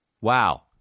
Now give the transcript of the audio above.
wow